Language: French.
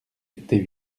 était